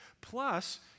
Plus